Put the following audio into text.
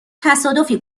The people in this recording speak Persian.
تصادفی